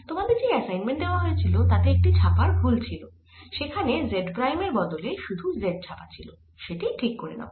তোমাদের যেই অ্যাসাইনমেন্ট দেওয়া হয়েছিল তাতে একটি ছাপার ভুল ছিল সেখানে z প্রাইম এর বদলে শুধু z ছাপা ছিল সেটি ঠিক করে নাও